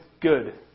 good